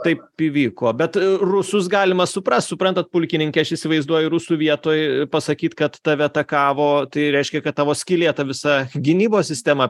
taip įvyko bet rusus galima suprast suprantat pulkininke aš įsivaizduoju rusų vietoj pasakyt kad tave atakavo tai reiškia kad tavo skylėta visa gynybos sistema